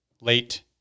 late